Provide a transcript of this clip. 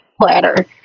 platter